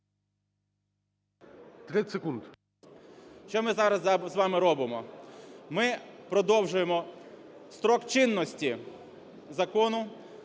І.Ю. Що ми зараз з вами робимо? Ми продовжуємо строк чинності Закону